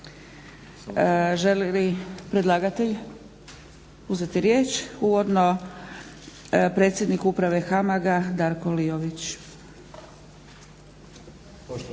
Želi li predlagatelj uzeti riječ uvodno? Predsjednik Uprave HAMAG-a Darko Liović.